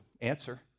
answer